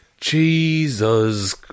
Jesus